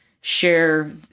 share